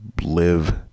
live